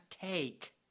take